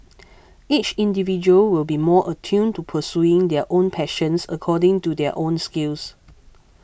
each individual will be more attuned to pursuing their own passions according to their own skills